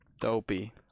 Dopey